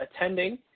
attending